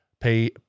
pay